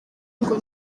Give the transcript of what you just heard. ngo